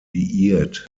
liiert